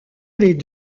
les